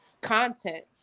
content